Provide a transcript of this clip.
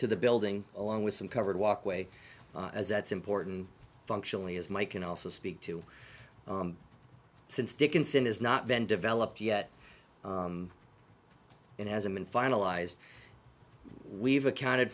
to the building along with some covered walkway as that's important functionally as my can also speak to since dickinson has not been developed yet it hasn't been finalized we've accounted